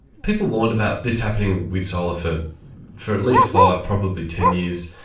people warned about this happening with solar for for at least five, probably ten years,